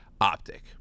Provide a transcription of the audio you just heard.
optic